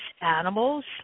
animals